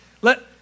let